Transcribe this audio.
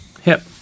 HIP